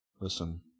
Listen